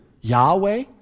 Yahweh